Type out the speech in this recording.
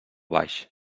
baix